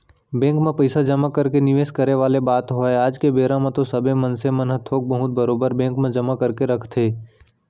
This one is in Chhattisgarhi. बेंक म पइसा जमा करके निवेस करे वाले बात होवय आज के बेरा म तो सबे मनसे मन ह थोक बहुत बरोबर बेंक म जमा करके रखथे